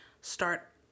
start